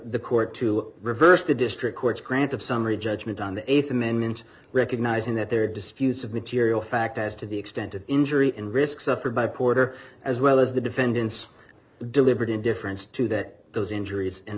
the court to reverse the district court's grant of summary judgment on the th amendment recognizing that there are disputes of material fact as to the extent of injury and risk suffered by porter as well as the defendant's deliberate indifference to that those injuries and